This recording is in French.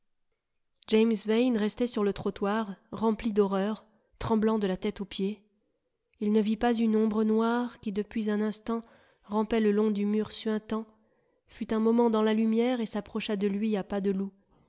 james vane restait sur le trottoir rempli d'horreur tremblant de la tête aux pieds il ne vit pas une ombre noire qui depuis un instant rampait le long du mur suintant fut un moment dans la lumière et s'approcha de lui à pas de loup